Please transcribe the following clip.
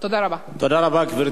תודה רבה, גברתי.